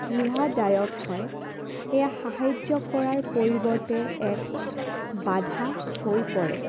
পীড়াদায়ক হয় সেয়া সাহাৰ্য কৰাৰ পৰিৱৰ্তে এক বাধা হৈ পৰে